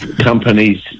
companies